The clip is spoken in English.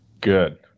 Good